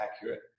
accurate